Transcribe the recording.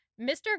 Mr